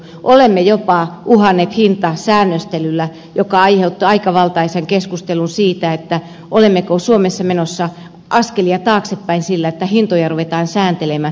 olemme jopa uhanneet hintasäännöstelyllä mikä aiheutti aika valtaisan keskustelun siitä olemmeko suomessa menossa askelia taaksepäin sillä että hintoja ruvetaan sääntelemään